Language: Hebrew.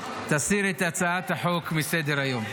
תסיר את הצעת החוק מסדר-היום.